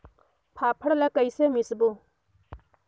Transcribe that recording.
फाफण ला कइसे मिसबो?